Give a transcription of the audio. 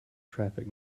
traffic